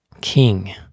king